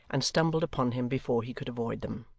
and stumbled upon him before he could avoid them.